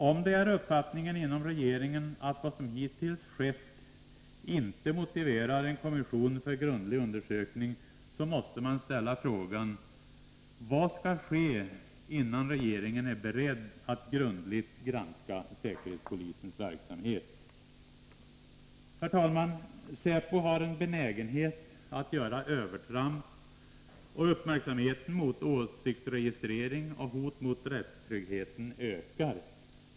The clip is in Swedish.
Om det är uppfattningen inom regeringen att vad som hittills skett inte motiverar en kommission för grundlig undersökning, så måste man ställa frågan: Vad skall ske innan regeringen är beredd att grundligt granska säkerhetspolisens verksamhet? Herr talman! Säpo har en benägenhet att göra övertramp, och uppmärksamheten mot åsiktsregistrering och hot mot rättstryggheten ökar.